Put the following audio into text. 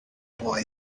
boy